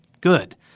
good